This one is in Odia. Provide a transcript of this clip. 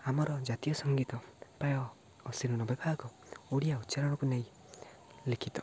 ଆମର ଜାତୀୟ ସଙ୍ଗୀତ ପ୍ରାୟ ବିଭାଗ ଓଡ଼ିଆ ଉଚ୍ଚାରଣକୁ ନେଇ ଲିଖିତ